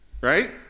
Right